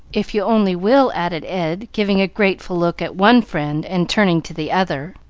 if you only will, added ed, giving a grateful look at one friend, and turning to the other.